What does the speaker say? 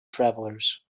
travelers